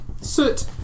Soot